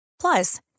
Plus